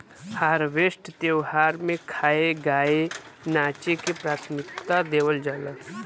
harvest त्यौहार में खाए, गाए नाचे के प्राथमिकता देवल जाला